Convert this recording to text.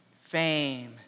fame